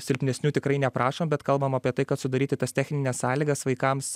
silpnesnių tikrai neprašom bet kalbam apie tai kad sudaryti tas technines sąlygas vaikams